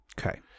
Okay